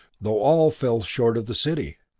though all fell short of the city.